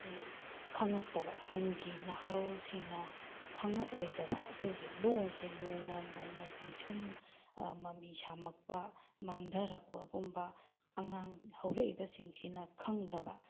ꯈꯪꯉꯛꯇꯕ ꯇꯨꯡꯒꯤ ꯅꯥꯍꯥꯔꯣꯜꯁꯤꯡꯅ ꯈꯪꯉꯛꯑꯣꯏꯗꯕ ꯑꯩꯈꯣꯏꯒꯤ ꯂꯣꯜꯁꯦ ꯅꯣꯡꯃ ꯅꯣꯡꯃꯒꯤ ꯁꯨꯝ ꯃꯃꯤ ꯁꯥꯝꯃꯛꯄ ꯃꯥꯡꯊꯔꯛꯄ ꯒꯨꯝꯕ ꯑꯉꯥꯡ ꯍꯧꯔꯛꯏꯕꯁꯤꯡꯁꯤꯅ ꯈꯪꯗꯕ